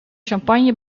champagne